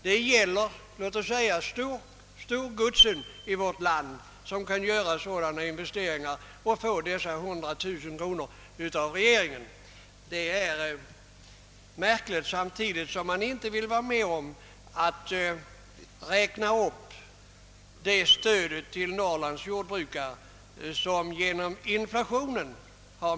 Det är endast låt oss säga storgodsen i vårt land som kan göra sådana investeringar och som skul 1e få 100 000 kronor.